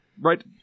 Right